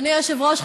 אדוני היושב-ראש,